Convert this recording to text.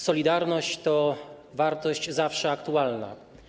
Solidarność to wartość zawsze aktualna.